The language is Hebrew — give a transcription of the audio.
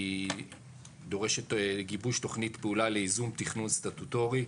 היא דורשת גיבוש תוכנית פעולה לייזום תכנון סטטוטורי,